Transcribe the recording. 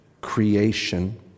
creation